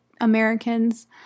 Americans